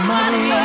money